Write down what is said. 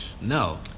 no